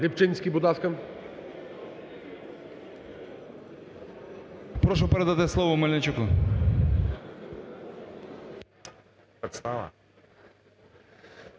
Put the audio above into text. Прошу передати слово Мельничуку.